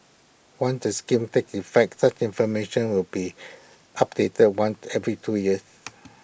once the scheme takes effect such information will be updated once every two years